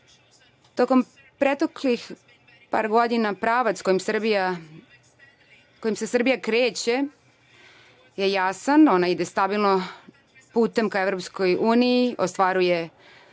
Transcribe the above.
Tokom proteklih par godina, pravac kojim se Srbija kreće je jasan, ona ide stabilnim putem ka EU, ostvaruje